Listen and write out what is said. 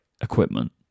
equipment